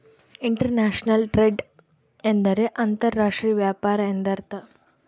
inter national trade ಎಂದರೆ ಅಂತರ್ ರಾಷ್ಟ್ರೀಯ ವ್ಯಾಪಾರ ಎಂದರ್ಥ